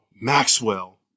Maxwell